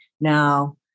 now